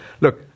Look